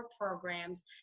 programs